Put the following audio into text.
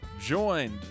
Joined